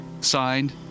Signed